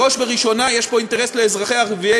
בראש ובראשונה יש פה אינטרס לאזרחים ערביי